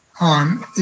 on